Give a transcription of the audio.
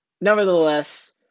nevertheless